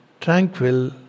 tranquil